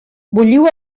bulliu